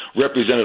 represented